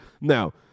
Now